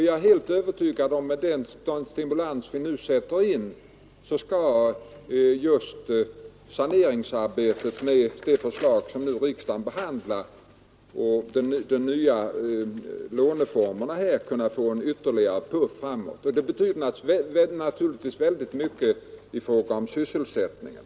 Jag är helt övertygad om att med den stimulans som sätts in genom det förslag om nya låneformer som riksdagen nu behandlar skall just saneringsarbetet få en ytterligare puff framåt. Det betyder också väldigt mycket för sysselsättningen.